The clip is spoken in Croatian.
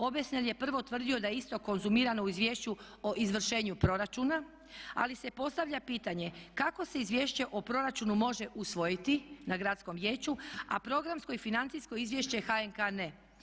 Obersnel je prvo tvrdio da isto konzumirano u izvješću o izvršenju proračuna, ali se postavlja pitanje kako se izvješće o proračunu može usvojiti na gradskom vijeću a programsko i financijsko izvješće HNK ne?